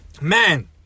Man